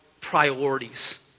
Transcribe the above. priorities